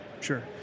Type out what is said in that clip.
Sure